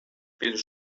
pisos